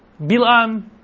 Bilam